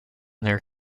their